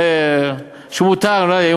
אולי,